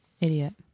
Idiot